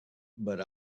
but